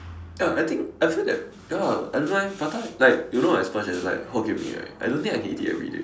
ya I think I feel that ya I don't know eh prata like you know as much as like hokkien-mee right I don't think I can eat it everyday